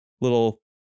little